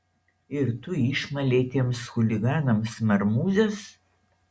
ir tu išmalei tiems chuliganams marmūzes